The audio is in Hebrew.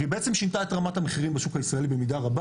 והיא בעצם שינתה את רמת המחירים בשוק הישראלי במידה רבה